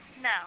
No